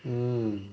mm